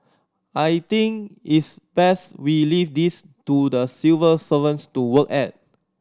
I think it's best we leave this to the civil servants to work at